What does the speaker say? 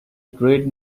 great